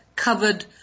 Covered